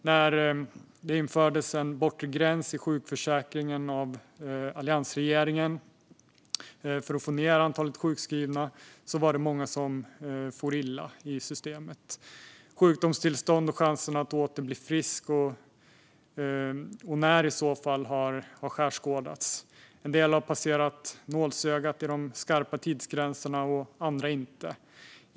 När alliansregeringen införde en bortre gräns i sjukförsäkringen för att få ned antalet sjukskrivna var det många som for illa i systemet. Sjukdomstillstånd och chansen att åter bli frisk och i så fall när har skärskådats. En del har passerat nålsögat för de skarpa tidsgränserna, andra inte.